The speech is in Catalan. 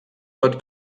tot